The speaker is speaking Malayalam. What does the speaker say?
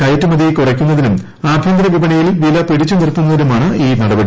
കയറ്റുമതി കുറയ്ക്കുന്നതിനും ആഭ്യന്തരവിപണിയിൽ വില പിടിച്ചുനിർത്തുന്നതിനുമാണ് ഈ നടപടി